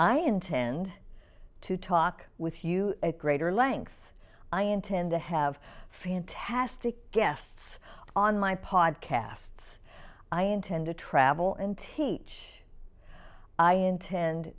i intend to talk with you at greater length i intend to have fantastic guests on my podcasts i intend to travel and teach i intend